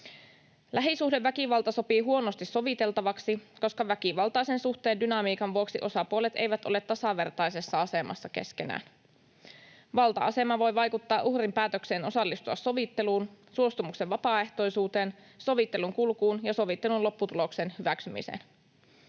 Lähisuhdeväkivalta sopii huonosti soviteltavaksi, koska väkivaltaisen suhteen dynamiikan vuoksi osapuolet eivät ole tasavertaisessa asemassa keskenään. Valta-asema voi vaikuttaa uhrin päätökseen osallistua sovitteluun, suostumuksen vapaaehtoisuuteen, sovittelun kulkuun ja sovittelun lopputuloksen hyväksymiseen.